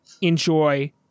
enjoy